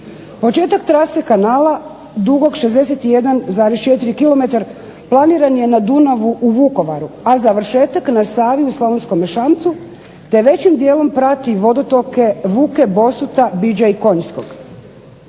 Početak trase kanala dugog 61,4 km planiran je na Dunavu u Vukovaru, a završetak na Savi u Slavonskome Šamcu te većim dijelom prati vodotoke Vuke, Bosuta, Biđe i Konjskog.